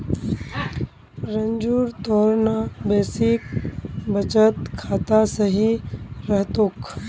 रंजूर तोर ना बेसिक बचत खाता सही रह तोक